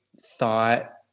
thought